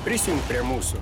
prisijunk prie mūsų